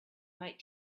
might